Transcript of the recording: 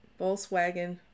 Volkswagen